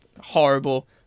horrible